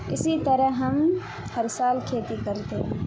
اسی طرح ہم ہر سال کھیتی کرتے ہیں